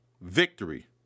victory